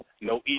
no